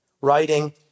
writing